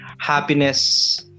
Happiness